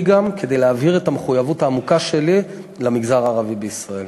גם כדי להבהיר את המחויבות העמוקה שלי למגזר הערבי בישראל.